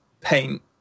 paint